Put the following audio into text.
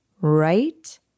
right